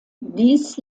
dies